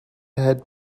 had